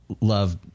love